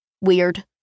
weird